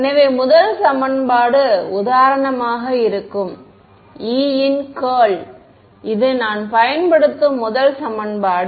எனவே முதல் சமன்பாடு உதாரணமாக இருக்கும் E இன் கர்ல் இது நான் பயன்படுத்தும் முதல் சமன்பாடு